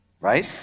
right